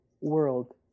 world